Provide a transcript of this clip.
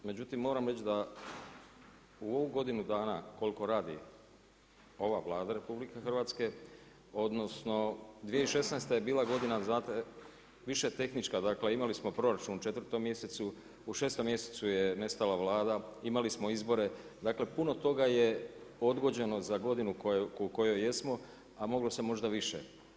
Međutim moram reći u ovu godinu dana koliko radi ova Vlada RH odnosno 2016. je bila godina više tehnička, dakle imali smo proračun u 4. mjesecu, u 6. mjesecu je nestala Vlada, imali smo izbore, dakle puno toga je odgođeno za godinu u kojoj jesmo a moglo se možda više.